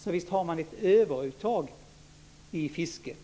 Så visst har man ett överuttag i fisket.